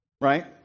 Right